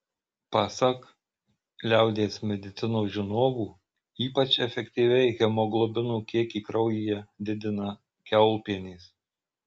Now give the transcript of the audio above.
pasak liaudies medicinos žinovų ypač efektyviai hemoglobino kiekį kraujyje didina kiaulpienės